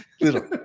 little